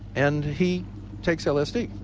and he takes lsd,